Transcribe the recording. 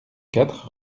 quatre